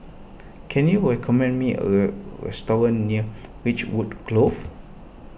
can you recommend me a restaurant near Ridgewood Close